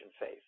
faith